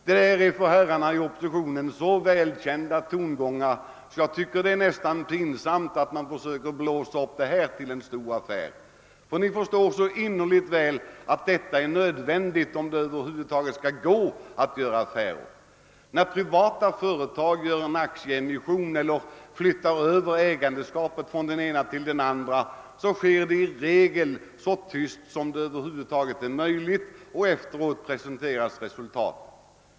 Detta är för herrarna i oppositionen så välkända tongångar, att jag tycker att det nästan är pinsamt att de försöker blåsa upp detta till en stor affär. Ni förstår så innerligt väl att detta förfaringssätt är nödvändigt om det över huvud taget skall vara möjligt att göra affärer. När privata företag gör en aktietransaktion eller flyttar över ägandeskapet från den ena till den andra, sker det i regel så tyst som det över huvud taget är möjligt, och först efteråt presenteras resultaten.